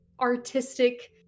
artistic